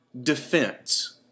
defense